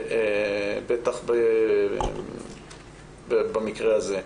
בטח במקרה הזה.